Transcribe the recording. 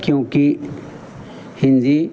क्योंकि हिन्दी